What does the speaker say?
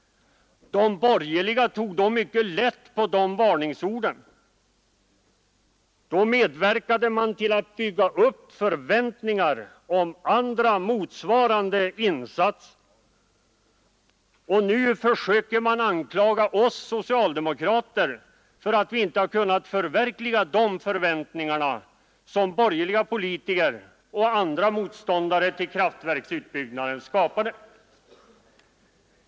De borgerliga tog då mycket lätt på varningsorden. Då medverkade man till att bygga upp förväntningar om andra motsvarande insatser, och nu försöker man anklaga oss socialdemokrater för att vi inte kunnat motsvara de förväntningar som borgerliga politiker och andra motståndare till kraftverksutbyggnaden skapade.